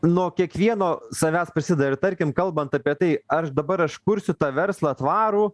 nuo kiekvieno savęs prasideda ir tarkim kalbant apie tai aš dabar aš kursiu tą verslą tvarų